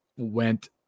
went